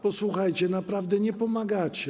Posłuchajcie, naprawdę nie pomagacie.